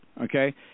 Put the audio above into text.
Okay